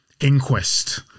inquest